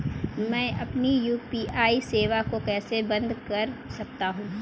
मैं अपनी यू.पी.आई सेवा को कैसे बंद कर सकता हूँ?